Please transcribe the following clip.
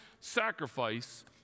sacrifice